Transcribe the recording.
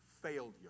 failure